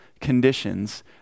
conditions